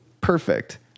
Perfect